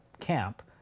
camp